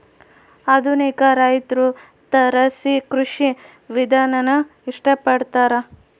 ಆಧುನಿಕ ರೈತ್ರು ತಾರಸಿ ಕೃಷಿ ವಿಧಾನಾನ ಇಷ್ಟ ಪಡ್ತಾರ